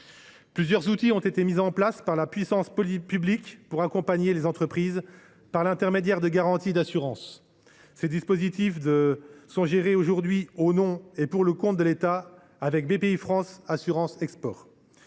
Plusieurs outils ont été mis en place par la puissance publique pour accompagner les entreprises, par l’intermédiaire de garanties et d’assurances. Ces dispositifs sont gérés, au nom et pour le compte de l’État, par Bpifrance Assurance Export.